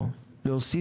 לא משנה המסלול, אוקיי.